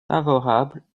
favorable